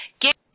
get